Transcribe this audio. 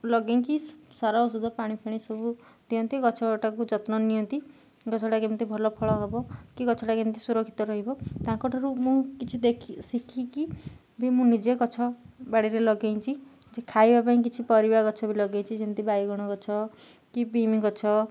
ଲଗେଇକି ସାର ଔଷଧ ପାଣି ଫାଣି ସବୁ ଦିଅନ୍ତି ଗଛଟାକୁ ଯତ୍ନ ନିଅନ୍ତି ଗଛଟା କେମିତି ଭଲ ଫଳ ହବ କି ଗଛଟା କେମିତି ସୁରକ୍ଷିତ ରହିବ ତାଙ୍କଠାରୁ ମୁଁ କିଛି ଦେଖି ଶିଖିକି ବି ମୁଁ ନିଜେ ଗଛ ବାଡ଼ିରେ ଲଗେଇଛି ଖାଇବା ପାଇଁ କିଛି ପରିବା ଗଛ ବି ଲଗେଇଛି ଯେମିତି ବାଇଗଣ ଗଛ କି ବିନ୍ ଗଛ